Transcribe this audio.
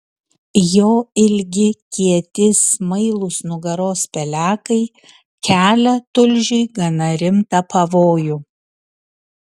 jo ilgi kieti smailūs nugaros pelekai kelia tulžiui gana rimtą pavojų